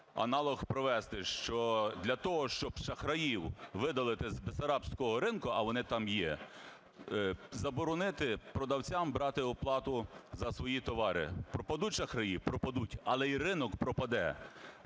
аналог провести, що для того, щоб шахраїв видалити з Бессарабського ринку, а вони там є, заборонити продавцям брати оплату за свої товари. Пропадуть шахраї? Пропадуть, але і ринок пропаде.